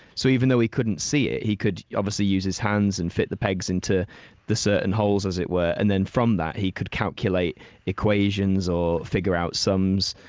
so, even though he couldn't see it he could obviously use his hands and fit the pegs into the certain holes, as it were. and then from that he could calculate equations or figure out sums.